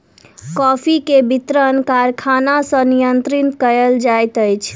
coffee के वितरण कारखाना सॅ नियंत्रित कयल जाइत अछि